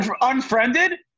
Unfriended